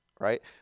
right